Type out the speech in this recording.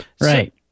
Right